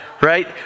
right